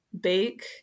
bake